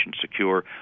secure